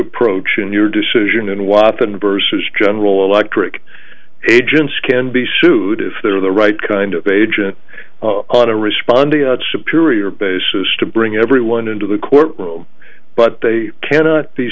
approach in your decision and watson versus general electric agents can be sued if they're the right kind of agent on a responding superior basis to bring everyone into the courtroom but they cannot be